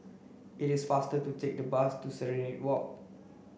it is faster to take the bus to Serenade Walk